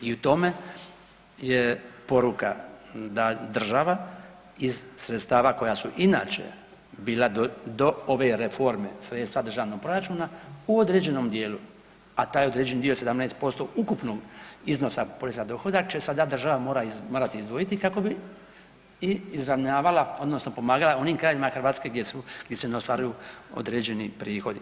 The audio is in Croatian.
I u tome je poruka da država iz sredstava koja su inače bila do ove reforme sredstava državnog proračuna u određenom dijelu, a taj određeni dio 17% ukupnog iznosa poreza na dohodak će sada država morati izdvojiti kako bi i izravnavala odnosno pomagala onim krajevima Hrvatske gdje se ne ostvaruju određeni prihodi.